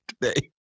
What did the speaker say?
today